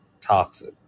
toxic